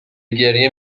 گریه